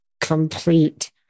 complete